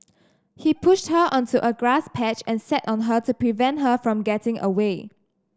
he pushed her onto a grass patch and sat on her to prevent her from getting away